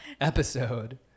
episode